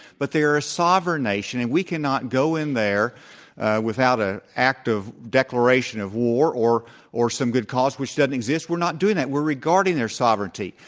but they're a sovereign nation and we cannot go in there without an ah act of declaration of war or or some good cause which doesn't exist, we're not doing that, we're regarding their sovereignty.